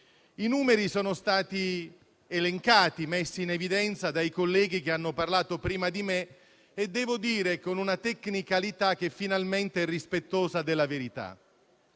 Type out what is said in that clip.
I numeri sono stati elencati e messi in evidenza dai colleghi che hanno parlato prima di me e devo dire con una tecnicalità che è finalmente rispettosa della verità.